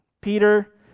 Peter